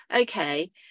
Okay